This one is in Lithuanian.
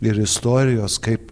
ir istorijos kaip